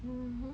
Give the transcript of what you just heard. mmhmm